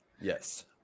yes